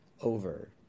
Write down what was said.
over